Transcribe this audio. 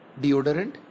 deodorant